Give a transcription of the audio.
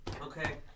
Okay